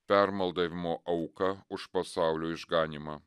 permaldavimo auka už pasaulio išganymą